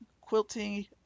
quilting